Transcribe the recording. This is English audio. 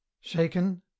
shaken